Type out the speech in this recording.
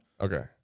Okay